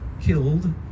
killed